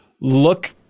look